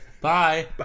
Bye